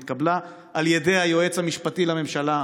התקבלה על ידי היועץ המשפטי לממשלה,